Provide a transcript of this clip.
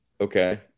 Okay